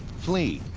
flee,